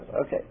Okay